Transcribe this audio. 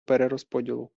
перерозподілу